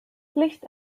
licht